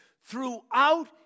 throughout